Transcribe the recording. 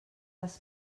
les